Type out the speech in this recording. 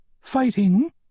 fighting